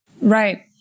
Right